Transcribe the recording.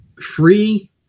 free